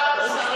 צריך,